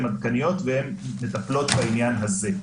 הן עדכניות והן מטפלות בעניין הזה.